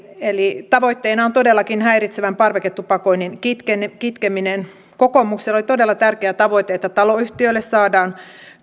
eli tavoitteena on todellakin häiritsevän parveketupakoinnin kitkeminen kokoomukselle oli todella tärkeä tavoite että taloyhtiöille saadaan